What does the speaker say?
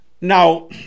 Now